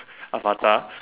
Safadi